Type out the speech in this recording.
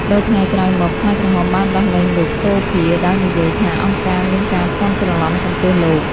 ៣ថ្ងៃក្រោយមក ខ្មែរក្រហមបានដោះលែងលោក សូភា ដោយនិយាយថា អង្គការមានការភ័ន្តច្រឡំចំពោះលោក។